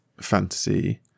fantasy